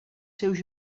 seus